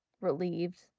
relieved